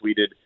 tweeted